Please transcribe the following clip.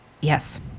yes